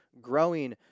growing